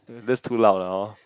that's too loud lah hor